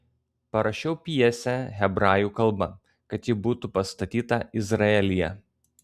parašiau pjesę hebrajų kalba kad ji būtų pastatyta izraelyje